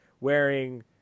wearing